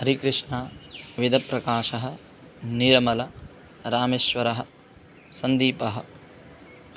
हरिकृष्णा वेदप्रकाशः निर्मलः रामेश्वरः सन्दीपः